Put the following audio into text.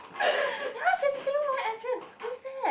yeah she's a same old actress who's that